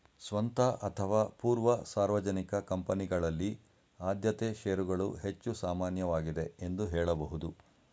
ಸ್ವಂತ ಅಥವಾ ಪೂರ್ವ ಸಾರ್ವಜನಿಕ ಕಂಪನಿಗಳಲ್ಲಿ ಆದ್ಯತೆ ಶೇರುಗಳು ಹೆಚ್ಚು ಸಾಮಾನ್ಯವಾಗಿದೆ ಎಂದು ಹೇಳಬಹುದು